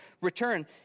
return